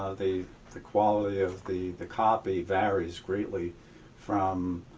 ah the the quality of the the copy varies greatly from